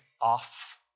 off